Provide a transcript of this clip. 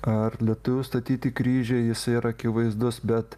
ar lietuvių statyti kryžiai jisai yra akivaizdus bet